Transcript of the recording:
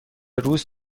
روز